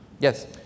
Yes